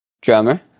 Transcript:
Drummer